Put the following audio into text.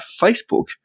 Facebook